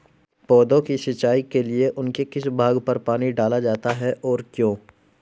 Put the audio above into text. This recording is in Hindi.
पौधों की सिंचाई के लिए उनके किस भाग पर पानी डाला जाता है और क्यों?